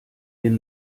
den